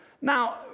Now